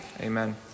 Amen